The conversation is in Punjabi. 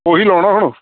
ਉਹ ਹੀ ਲਗਾਉਣਾ ਹੁਣ